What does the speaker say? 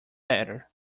better